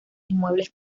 inmuebles